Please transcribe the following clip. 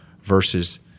versus